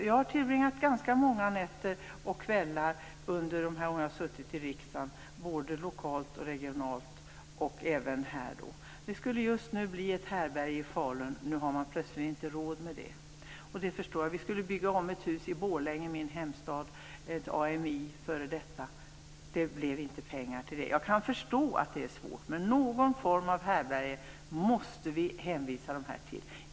Jag har tillbringat ganska många kvällar och nätter under dessa år som jag har suttit i riksdagen lokalt, regionalt och även här. Det skulle bli ett härbärge i Falun. Nu har man plötsligt inte råd med det. Vi skulle bygga om ett f.d. AMI-hus i Borlänge, min hemstad, men det fanns inte pengar till det. Jag kan förstå att det är svårt, men någon form av härbärge måste vi kunna hänvisa dem till.